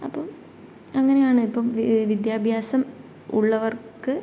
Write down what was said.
അപ്പം അങ്ങനെയാണ് ഇപ്പം വ് വിദ്യാഭ്യാസം ഉള്ളവർക്ക്